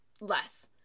less